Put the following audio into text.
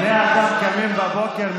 אדוני היושב-ראש,